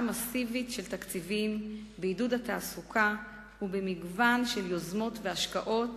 מסיבית של תקציבים בעידוד התעסוקה ובמגוון של יוזמות והשקעות